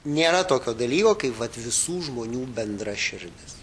nėra tokio dalyko kaip vat visų žmonių bendra širdis